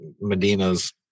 medina's